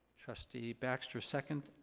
trustee baxter, second.